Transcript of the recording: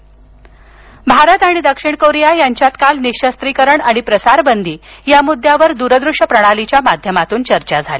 दक्षिण कोरिया निशस्त्रीकरण भारत आणि दक्षिण कोरिया यांच्यात काल निःशस्त्रीकरण आणि प्रसारबंदी या मुद्यावर दूर दृश्य प्रणालीच्या माध्यमातून चर्चा झाली